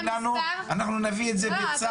וכל הזמן אמרתם לנו אנחנו נביא את זה בצו.